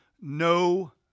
no